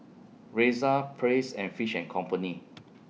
Razer Praise and Fish and Company